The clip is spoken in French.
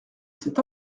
cet